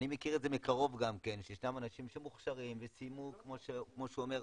אני מכיר את זה מקרוב גם כן שישנם אנשים מוכשרים וסיימו כמו שהוא אומר,